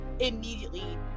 immediately